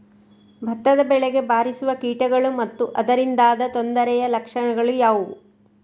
ಭತ್ತದ ಬೆಳೆಗೆ ಬಾರಿಸುವ ಕೀಟಗಳು ಮತ್ತು ಅದರಿಂದಾದ ತೊಂದರೆಯ ಲಕ್ಷಣಗಳು ಯಾವುವು?